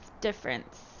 difference